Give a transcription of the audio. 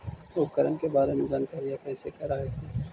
उपकरण के बारे जानकारीया कैसे कर हखिन?